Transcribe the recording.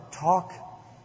talk